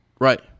right